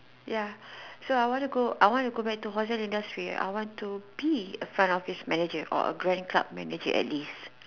ya so I want to go I want to go back to hotel industry I want to be a front office manager or a grand club manager at least